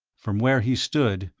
from where he stood,